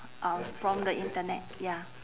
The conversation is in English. uh from the internet ya